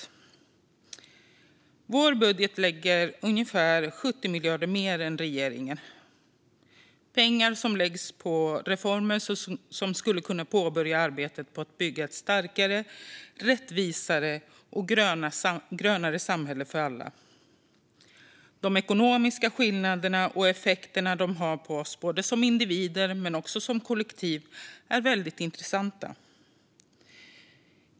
I vår budget lägger vi ungefär 70 miljarder mer än regeringen på reformer som skulle kunna inleda arbetet för att bygga ett starkare, rättvisare och grönare samhälle för alla. De ekonomiska skillnaderna och de effekter de har på oss, som individer men också som kollektiv, är väldigt intressanta.